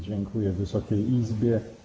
Dziękuję Wysokiej Izbie.